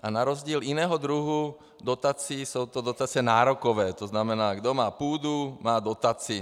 A na rozdíl od jiného druhu dotací jsou to dotace nárokové, to znamená, kdo má půdu, má dotaci.